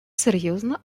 серйозна